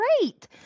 great